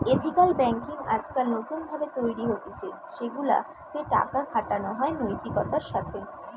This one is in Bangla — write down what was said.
এথিকাল বেঙ্কিং আজকাল নতুন ভাবে তৈরী হতিছে সেগুলা তে টাকা খাটানো হয় নৈতিকতার সাথে